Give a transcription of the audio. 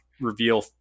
reveal